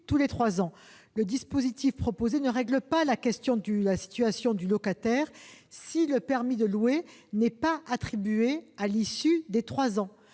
tous les trois ans. Le dispositif proposé ne règle pas la situation du locataire si le permis de louer n'est pas attribué à l'issue des trois ans.